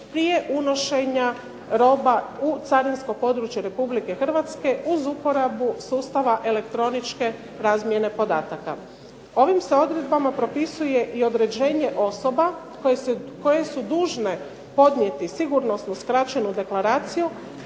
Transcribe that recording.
prije unošenja roba u carinsko područje RH uz uporabu sustava elektroničke razmjene podataka. Ovim se odredbama propisuje i određenje osoba koje su dužne podnijeti sigurnosnu skraćenu deklaraciju